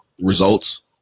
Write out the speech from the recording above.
results